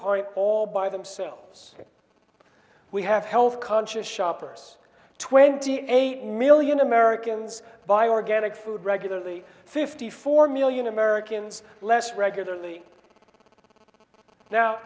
point all by themselves we have health conscious shoppers twenty eight million americans buy organic food regularly fifty four million americans less regularly now